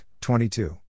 22